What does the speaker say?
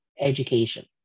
education